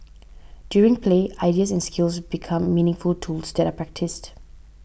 during play ideas and skills become meaningful tools that are practised